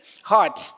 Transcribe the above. heart